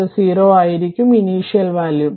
ix 0 ആയിരിക്കും initial value